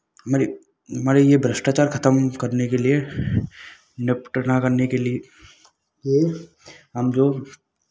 हमारे हमारे ये भ्रष्टाचार खतम करने के लिए निपटना करने के लिए ये हम जो